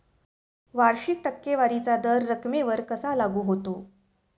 वार्षिक टक्केवारीचा दर रकमेवर कसा लागू होतो?